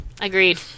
agreed